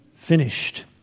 Finished